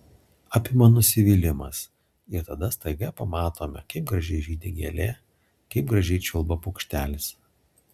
apima nusivylimas ir tada staiga pamatome kaip gražiai žydi gėlė kaip gražiai čiulba paukštelis